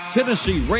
Tennessee